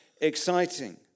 exciting